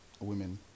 women